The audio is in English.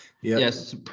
yes